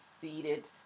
seated